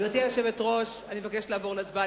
גברתי היושבת-ראש, אני מבקשת לעבור להצבעה.